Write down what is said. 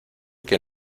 que